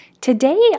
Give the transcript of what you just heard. Today